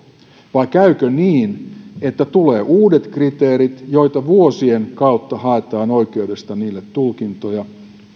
vai käykö niin että tulee uudet kriteerit joille vuosien kautta haetaan oikeudesta tulkintoja